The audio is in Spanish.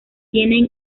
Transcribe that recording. tienen